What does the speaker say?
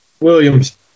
Williams